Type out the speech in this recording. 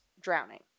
drowning